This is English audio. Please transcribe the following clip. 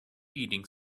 eating